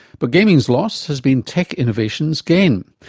but gaming's loss has been tech innovation's gain.